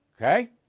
Okay